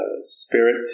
spirit